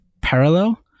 parallel